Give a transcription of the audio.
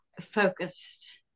focused